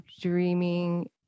dreaming